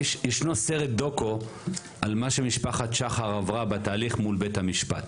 ישנו סרט דוקו על מה שמשפחת שחר עברה בתהליך מול בית המשפט.